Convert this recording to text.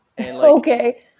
okay